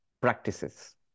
practices